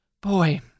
boy